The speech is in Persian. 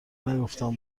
نگفتم